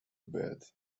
bed